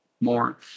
more